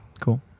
Cool